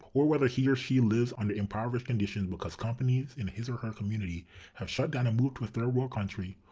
or whether he or she lives under impoverished conditions because companies in his or her communities have shut down and moved to a third-world country,